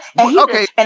Okay